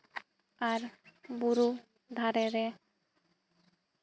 ᱟᱨ ᱵᱩᱨᱩ ᱫᱷᱟᱨᱮ ᱨᱮ